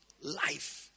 life